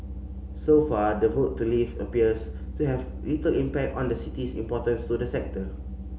so far the vote to leave appears to have little impact on the city's importance to the sector